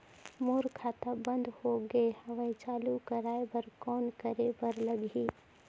मोर खाता बंद हो गे हवय चालू कराय बर कौन करे बर लगही?